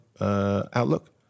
outlook